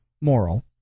moral